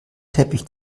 teppich